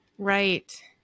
Right